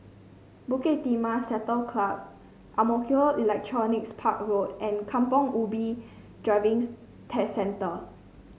Bukit Timah Saddle Club Ang Mo Kio Electronics Park Road and Kampong Ubi Driving Test Centre